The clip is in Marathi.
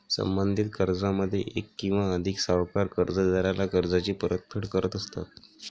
संबंधित कर्जामध्ये एक किंवा अधिक सावकार कर्जदाराला कर्जाची परतफेड करत असतात